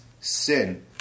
sin